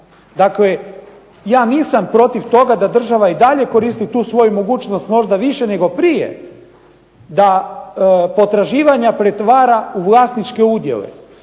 Dakle ja nisam protiv toga da država i dalje koristi tu svoju mogućnost možda više nego prije, da potraživanja pretvara u vlasničke udjele,